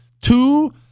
two